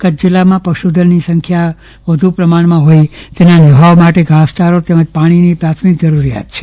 કચ્છ જીલ્લામાં પશુધનની સંખ્યા વધુ પ્રમાણમાં હોઈ તેના નિભાવ માટે ધાસચારો તેમજ પાણીની પ્રાથમિક જરૂરીયાત રહે છે